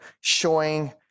showing